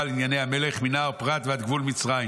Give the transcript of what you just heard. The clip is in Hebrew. על ענייני מלך מנהר פרת ועד גבול מצרים.